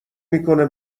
میکنه